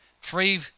Free